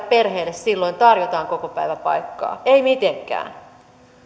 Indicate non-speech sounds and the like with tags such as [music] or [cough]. [unintelligible] perheelle silloin tarjotaan kokopäiväpaikkaa ei mitenkään